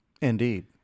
Indeed